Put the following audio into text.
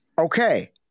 Okay